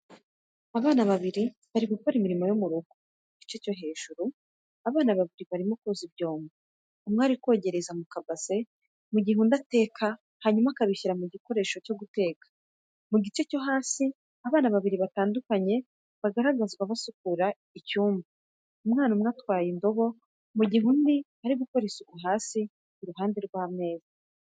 Abana babiri bari gukora imirimo yo mu rugo, mu gice cyo hejuru, abana babiri barimo koza ibyombo: umwe ari kogereza mu kabase, mu gihe undi ateka hanyuma akabishyira ku gikoresho cyo guteka. Mu gice cyo hasi, abana babiri batandukanye bagaragazwa basukura icyumba, umwana umwe atwaye indobo, mu gihe undi akora isuku hasi, iruhande rw'ameza.